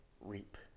reap